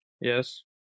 Yes